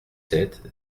sept